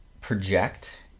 project